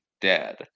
dead